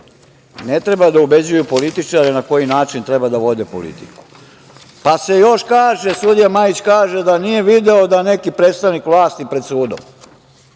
ne treba da ubeđuju političare na koji način treba da vode politiku, pa se još kaže, sudija Majić kaže da nije video da je neki predstavnik vlast pred sudom.